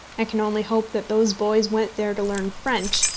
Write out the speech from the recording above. i can only hope that those boys went there to learn french,